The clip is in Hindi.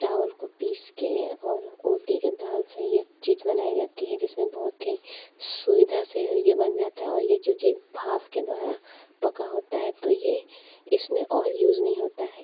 चावल को पीस कर और उड़द की डाल से ये चीज़ बनाई जाती है जिस में बहुत ही सुविधा से ये बन जाता है और ये क्योंकि भाप के द्वारा पका होता है तो ये इस में ऑइल यूस नहीं होता है